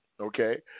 okay